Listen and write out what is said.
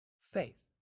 faith